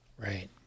Right